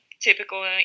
typical